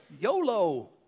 YOLO